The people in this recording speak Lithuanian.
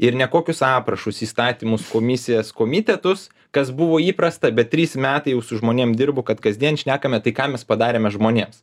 ir nekokius aprašus įstatymus komisijas komitetus kas buvo įprasta bet trys metai jau su žmonėm dirbu kad kasdien šnekame tai ką mes padarėme žmonėms